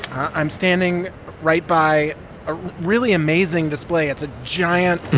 i'm standing right by a really amazing display. it's a giant.